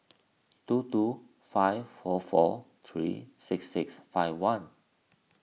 two two five four four three six six five one